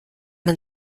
man